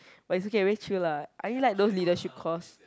but it's okay very chill lah I only like those leadership course